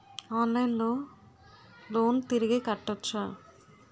ఆన్లైన్లో లోన్ తిరిగి కట్టోచ్చా?